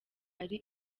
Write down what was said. ari